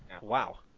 Wow